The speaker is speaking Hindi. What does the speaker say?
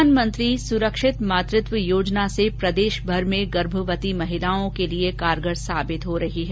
प्रधानमंत्री सुरक्षित मातृत्व योजना से प्रदेशभर में गर्भवती महिलाओं के कारगर साबित हो रही है